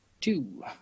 two